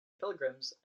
pilgrims